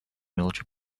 military